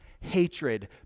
Hatred